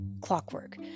clockwork